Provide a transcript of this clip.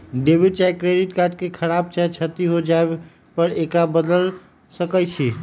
debit चाहे credit card के खराप चाहे क्षति हो जाय पर एकरा बदल सकइ छी